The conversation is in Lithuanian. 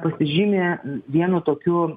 pasižymi vienu tokiu